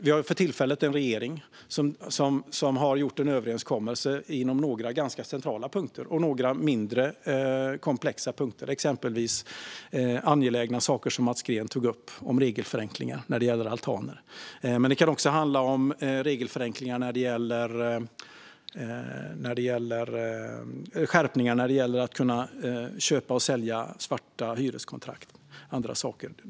Vi har för tillfället en regering som har gjort en överenskommelse inom några ganska centrala punkter - och några mindre komplexa punkter, exempelvis angelägna saker som Mats Green tog upp om regelförenklingar när det gäller altaner. Det kan också handla om skärpningar när det gäller möjligheten att köpa och sälja svarta hyreskontrakt och andra saker.